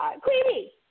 Queenie